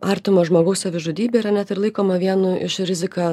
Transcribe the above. artimo žmogaus savižudybė yra net ir laikoma vienu iš riziką